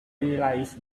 realise